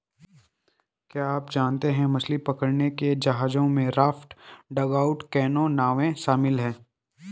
क्या आप जानते है मछली पकड़ने के जहाजों में राफ्ट, डगआउट कैनो, नावें शामिल है?